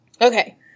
Okay